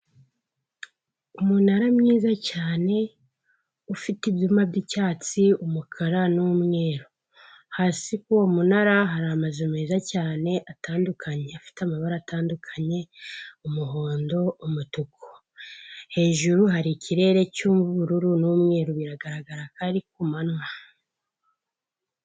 Umunara mwiza cyane, ufite ibyuma by'icyatsi, umukara n'umweru. Hasi kuri uwo munara hari amazu meza cyane atandukanye, afite amabara atandukanye, umuhondo, umutuku. Hejuru hari ikirere kirimo ubururu n'umweru, biragaragara ko ari ku manywa.